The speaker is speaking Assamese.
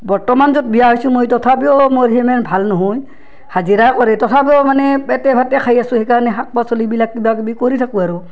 বৰ্তমান য'ত বিয়া হৈছোঁ মই তথাপিও মোৰ সিমেন ভাল নহয় হাজিৰা কৰে তথাপিও মানে পেটে ভাতে খাই আছোঁ সেইকাৰণে শাক পাচলিবিলাক কিবা কিবি কৰি থাকোঁ আৰু